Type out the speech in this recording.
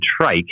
trike